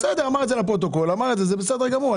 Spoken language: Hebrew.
בסדר, הוא אמר את זה לפרוטוקול, זה בסדר גמור.